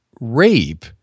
rape